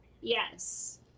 Yes